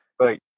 right